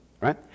right